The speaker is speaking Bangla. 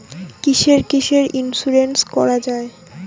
কিসের কিসের ইন্সুরেন্স করা যায়?